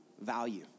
value